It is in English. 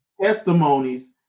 Testimonies